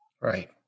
Right